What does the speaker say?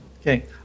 Okay